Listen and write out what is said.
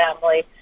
family